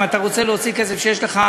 אם אתה רוצה להוציא כסף שיש לך,